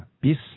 peace